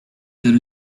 there